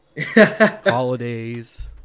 Holidays